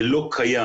זה לא קיים.